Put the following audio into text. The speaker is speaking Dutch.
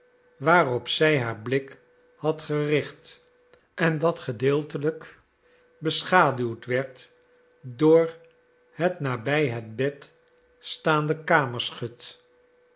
waarop zij haar blik had gericht en dat gedeeltelijk beschaduwd werd door het nabij het bed staande